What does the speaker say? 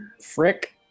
Frick